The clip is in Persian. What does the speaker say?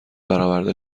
برآورده